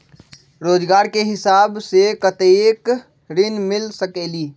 रोजगार के हिसाब से कतेक ऋण मिल सकेलि?